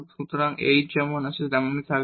সুতরাং h যেমন আছে তেমনই থাকবে